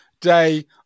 day